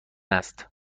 است